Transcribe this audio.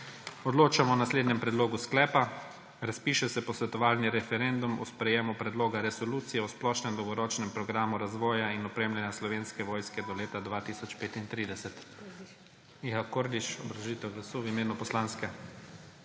Odločamo o naslednjem predlogu sklepa: Razpiše se posvetovalni referendum o sprejemu Predloga resolucije o splošnem dolgoročnem programu razvoja in opremljanja Slovenske vojske do leta 2035. Miha Kordiš, obrazložitev glasu v imenu poslanske